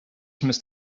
must